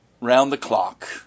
round-the-clock